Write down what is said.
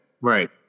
Right